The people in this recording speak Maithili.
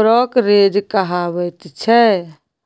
ब्रोकरेज कहाबैत छै